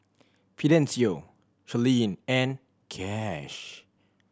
Fidencio Charline and Cash